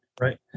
Right